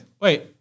Wait